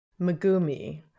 Megumi